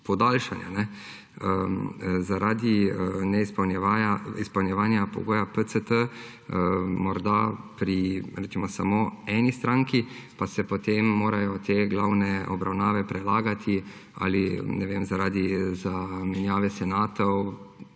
podaljšanja zaradi neizpolnjevanja pogoja PCT morda pri, recimo, samo eni stranki, pa se potem morajo te glavne obravnave prelagati ali, ne vem, zaradi zamenjave senatov